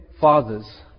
fathers